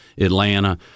Atlanta